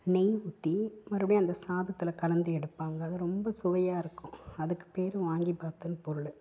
நெய் ஊற்றி மறுபடியும் அந்த சாதத்தில் கலந்து எடுப்பாங்க அது ரொம்ப சுவையாக இருக்கும் அதுக்கு பேர் வாங்கிபாத்துன்னு பொருள்